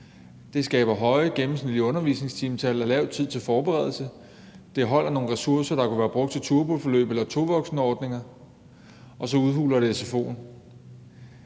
at der er høje gennemsnitlige undervisningstimetal og kort tid til forberedelse, at der holdes på nogle ressourcer, der kunne være brugt til turboforløb eller tovoksenordninger, og at sfo'en